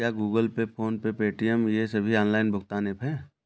क्या Google Pay PhonePe Paytm ये सभी ऑनलाइन भुगतान ऐप हैं?